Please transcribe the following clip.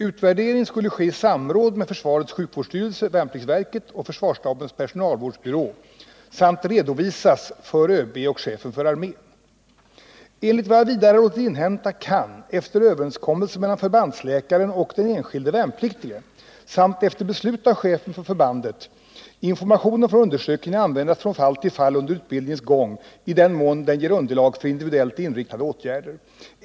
Utvärdering skulle ske i samråd med försvarets sjukvårdsstyrelse, värnpliktsverket och försvarsstabens personalvårdsbyrå samt redovisas för överbefälhavaren och chefen för armén. Enligt vad jag vidare låtit inhämta kan, efter överenskommelse mellan förbandsläkaren och den enskilde värnpliktige samt efter beslut av chefen för förbandet, informationen från undersökningen användas från fall till fall under utbildningens gång i den mån den ger underlag för individuellt inriktade åtgärder.